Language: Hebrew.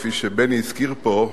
כפי שבני הזכיר פה,